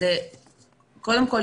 אז קודם כול,